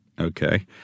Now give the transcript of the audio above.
Okay